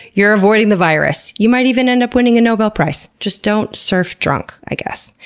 you're avoiding the virus. you might even end up winning a nobel prize. just don't surf drunk, i guess.